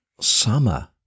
summer